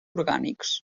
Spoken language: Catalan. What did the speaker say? orgànics